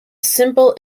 simple